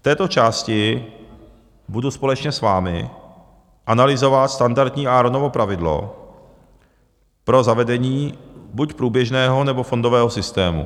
V této části budu společně s vámi analyzovat standardní Aaronovo pravidlo pro zavedení buď průběžného, nebo fondového systému.